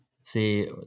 See